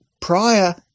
prior